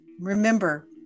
Remember